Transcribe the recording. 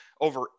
over